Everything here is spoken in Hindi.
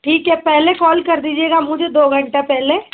ठीक है पहले कॉल कर दीजिएगा मुझे दो घंटा पहले